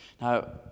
Now